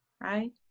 right